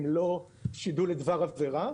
אם לא שידול לדבר עבירה.